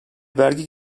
vergi